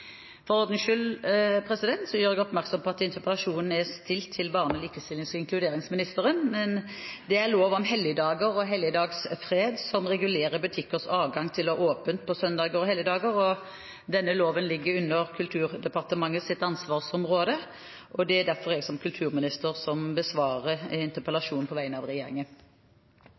For ordens skyld gjør jeg oppmerksom på at interpellasjonen er stilet til barne-, likestillings- og inkluderingsministeren, men det er lov om helligdager og helligdagsfred som regulerer butikkers adgang til å ha åpent på søndager og helligdager, og denne loven ligger under Kulturdepartementets ansvarsområde. Det er derfor jeg som kulturminister som besvarer interpellasjonen på vegne av regjeringen.